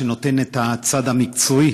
שנותן את הצד המקצועי